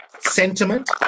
sentiment